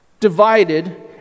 Divided